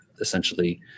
essentially